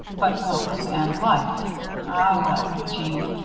but books and life well, little jeanne,